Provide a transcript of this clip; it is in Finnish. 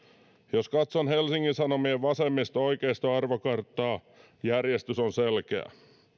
jos katson helsingin sanomien vasemmisto oikeisto arvokarttaa järjestys on selkeä